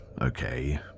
Okay